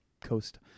Coast